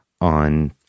on